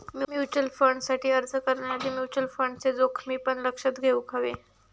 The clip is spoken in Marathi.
म्युचल फंडसाठी अर्ज करण्याआधी म्युचल फंडचे जोखमी पण लक्षात घेउक हवे